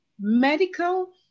medical